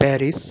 Paris